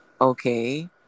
okay